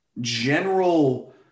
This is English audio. general